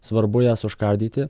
svarbu jas užkardyti